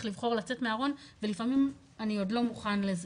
לבחור לצאת מהארון ולפעמים אני עוד לא מוכן לזה.